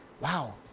wow